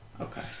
okay